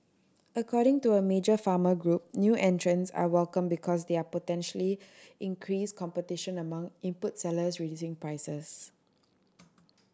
according to a major farmer group new entrants are welcome because they are potentially increase competition among input sellers reducing prices